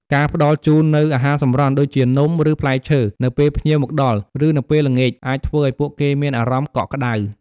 ការផ្តល់ជូននូវ អាហារសម្រន់ ដូចជានំ ឬផ្លែឈើ នៅពេលភ្ញៀវមកដល់ ឬនៅពេលល្ងាច អាចធ្វើឲ្យពួកគេមានអារម្មណ៍កក់ក្តៅ។